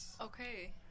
Okay